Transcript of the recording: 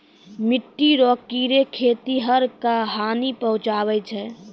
मिट्टी रो कीड़े खेतीहर क हानी पहुचाबै छै